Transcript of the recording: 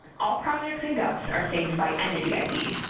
all projects in gups are saved by entity id,